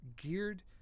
geared